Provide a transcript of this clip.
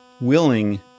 willing